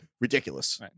ridiculous